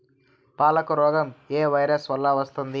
పాలకు రోగం ఏ వైరస్ వల్ల వస్తుంది?